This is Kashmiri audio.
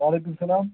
وعلیکُم السلام